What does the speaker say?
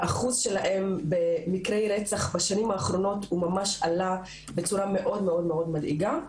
האחוז שלהן במקרי רצח בשנים האחרונות הוא ממש עלה בצורה מאוד מדאיגה.